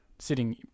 Sitting